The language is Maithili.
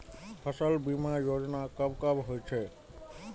फसल बीमा योजना कब कब होय छै?